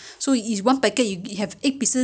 so you you you you decide you